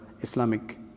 Islamic